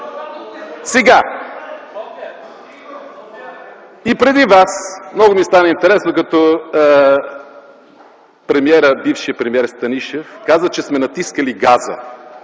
от опозицията.) Много ми стана интересно, когато бившият премиер Станишев каза, че сме натискали газа.